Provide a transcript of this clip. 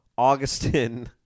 Augustin